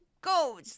go